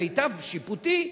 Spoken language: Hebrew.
למיטב שיפוטי,